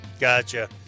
Gotcha